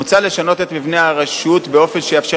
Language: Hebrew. מוצע לשנות את מבנה הרשות באופן שיאפשר